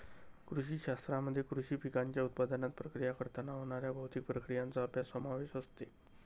कृषी शास्त्रामध्ये कृषी पिकांच्या उत्पादनात, प्रक्रिया करताना होणाऱ्या भौतिक प्रक्रियांचा अभ्यास समावेश असते